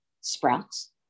sprouts